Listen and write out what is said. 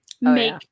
make